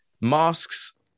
Masks